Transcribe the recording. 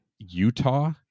utah